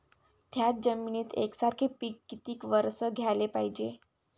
थ्याच जमिनीत यकसारखे पिकं किती वरसं घ्याले पायजे?